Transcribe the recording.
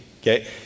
okay